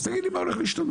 אז תגיד לי מה הולך להשתנות.